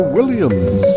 Williams